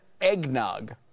eggnog